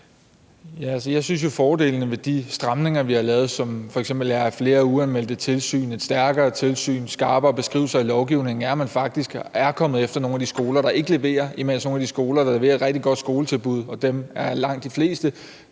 Jeg synes jo, at fordelene ved de stramninger, vi har lavet – f.eks. flere uanmeldte tilsyn, et stærkere tilsyn, skarpere beskrivelser i lovgivningen – er, at man faktisk er kommet efter nogle af de skoler, der ikke leverer, mens nogle af de skoler, der leverer et rigtig godt skoletilbud, og det er langt de fleste,